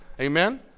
Amen